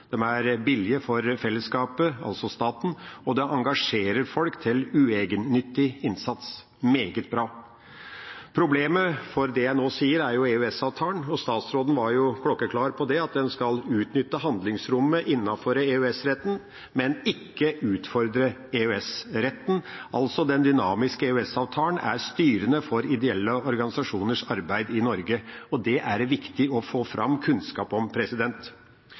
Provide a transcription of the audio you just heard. De er billige for fellesskapet, altså staten, og det engasjerer folk til uegennyttig innsats. Meget bra. Problemet for det jeg nå sier, er EØS-avtalen, og statsråden var jo klokkeklar på at en skal utnytte handlingsrommet innenfor EØS-retten, men ikke utfordre EØS-retten, altså den dynamiske EØS-avtalen er styrende for ideelle organisasjoners arbeid i Norge, og det er det viktig å få fram kunnskap om.